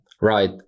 Right